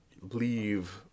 leave